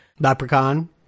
Leprechaun